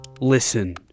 Listen